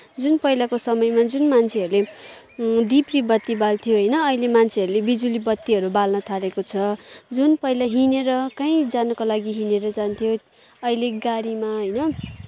जुन पहिलाको समयमा जुन मान्छेहरूले धिप्री बत्ती बाल्थ्यो होइन अहिले मान्छेहरूले बिजुली बत्तीहरू बाल्नथालेको छ जुन पहिला हिँडेर काहीँ जानको लागि हिँडेर जान्थ्यो अहिले गाडीमा होइन